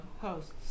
hosts